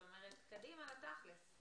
זאת אומרת קדימה לתכלס.